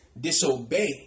disobey